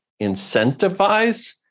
incentivize